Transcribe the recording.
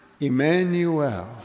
Emmanuel